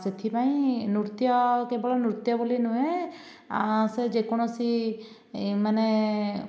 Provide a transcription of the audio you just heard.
ସେଥିପାଇଁ ନୃତ୍ୟ କେବଳ ନୃତ୍ୟ ବୋଲି ନୁହେଁ ସେ ଯେକୌଣସି ମାନେ